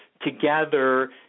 together